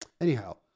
anyhow